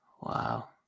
Wow